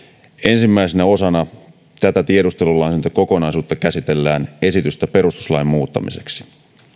ensimmäisenä osana tätä tiedustelulainsäädäntökokonaisuutta käsitellään esitystä perustuslain muuttamiseksi